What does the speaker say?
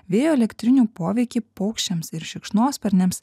vėjo elektrinių poveikį paukščiams ir šikšnosparniams